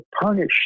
punished